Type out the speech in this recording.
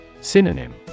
Synonym